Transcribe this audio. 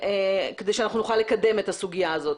כדי שאנחנו נוכל לקדם את הסוגיה הזאת.